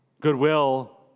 Goodwill